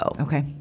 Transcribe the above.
Okay